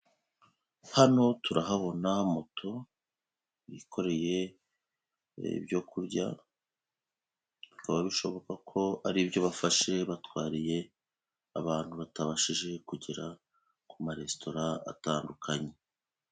Hano turahabona moto bikoreye ibyo kurya, bikaba bishoboka ko ari ibyo bafashe batwariye abantu batabashije kugera ku maresitora atandukanye.